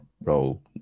role